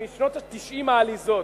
משנות ה-90 העליזות.